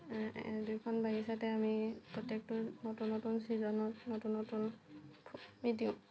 দুইখন বাগিচাতে আমি প্ৰত্যেকটো নতুন নতুন ছিজনত নতুন নতুন ফুল আমি দিওঁ